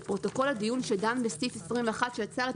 את פרוטוקול הדיון שדן בסעיף 21 שיצר את